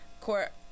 Court